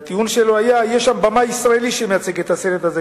והטיעון שלו היה: יש שם במאי ישראלי שמייצג את הסרט הזה,